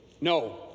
No